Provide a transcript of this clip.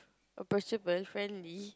a possible friendly